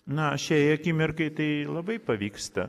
na šiai akimirkai tai labai pavyksta